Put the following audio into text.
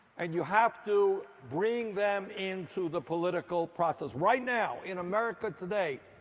and you have to bring them into the political process. right now in america today,